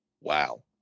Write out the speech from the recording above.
Wow